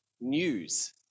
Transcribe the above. news